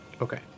Okay